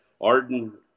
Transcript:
Arden